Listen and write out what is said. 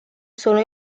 solo